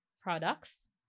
products